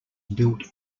built